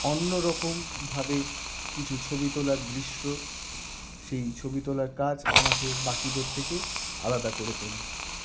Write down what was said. অন্য রকমভাবে কিছু ছবি তোলার দৃশ্য সেই ছবি তোলার কাজ আমাকে বাকিদের থেকে আলাদা করে তোলে